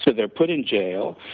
so they are put in jail,